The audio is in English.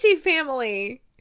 Family